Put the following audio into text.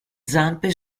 zampe